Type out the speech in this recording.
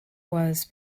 was